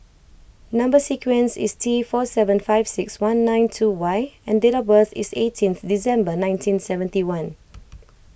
Number Sequence is T four seven five six one nine two Y and date of birth is eighteenth December nineteen seventy one